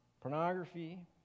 pornography